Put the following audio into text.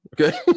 okay